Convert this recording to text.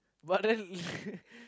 but then